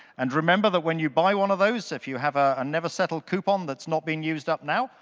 and remember that when you buy one of those, if you have a never settle coupon that's not been used up now,